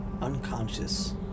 unconscious